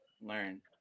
learn